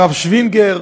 הרב שווינגר,